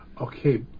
Okay